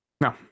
No